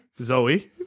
Zoe